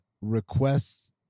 requests